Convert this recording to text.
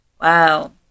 Wow